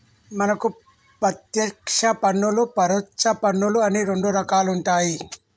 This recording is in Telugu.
మనకు పత్యేక్ష పన్నులు పరొచ్చ పన్నులు అని రెండు రకాలుంటాయి